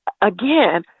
again